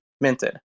minted